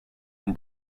when